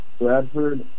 Bradford